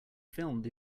filmed